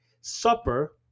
Supper